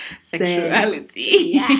sexuality